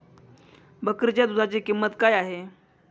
बकरीच्या दूधाची किंमत काय आहे?